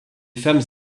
femmes